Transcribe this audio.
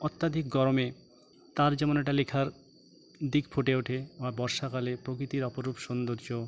অত্যাধিক গরমে তার যেমন একটা লেখার দিক ফুটে ওঠে বর্ষাকালে প্রকৃতির অপরূপ সৌন্দর্য